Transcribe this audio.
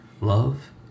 Love